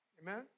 Amen